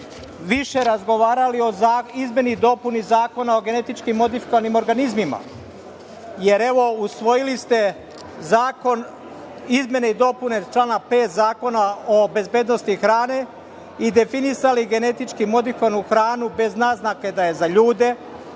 više razgovarali o izmeni i dopuni Zakona o GMO, jer evo, usvojili ste zakon, izmene i dopune člana 5. Zakona o bezbednosti hrane i definisali genetički modifikovanu hranu bez naznake da je za ljude